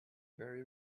very